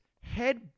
head